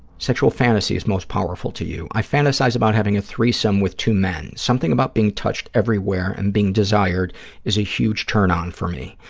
sexual fantasies most powerful to you. i fantasize about having a threesome with two men. something about being touched everywhere and being desired is a huge turn-on for me.